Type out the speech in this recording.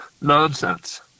nonsense